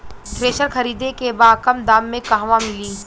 Thresher खरीदे के बा कम दाम में कहवा मिली?